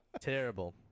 Terrible